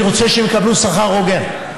אני רוצה שהן יקבלו שכר הוגן.